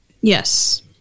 Yes